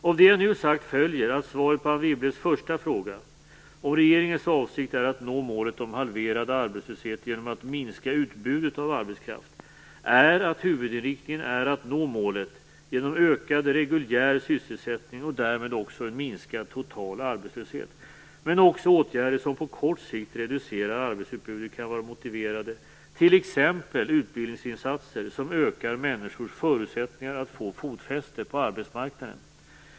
Av det jag nu sagt följer att svaret på Anne Wibbles första fråga - om regeringens avsikt är att nå målet om halverad arbetslöshet genom att minska utbudet av arbetskraft - är att huvudinriktningen är att nå målet genom ökad reguljär sysselsättning och därmed också minskad total arbetslöshet. Men också åtgärder som på kort sikt reducerar arbetsutbudet kan vara motiverade, t.ex. utbildningsinsatser som ökar människors förutsättningar att få fotfäste på arbetsmarknaden.